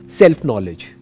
self-knowledge